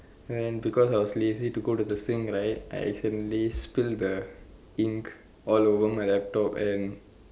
and then because I was lazy to go to the sink right I accidentally spill the ink all over my laptop and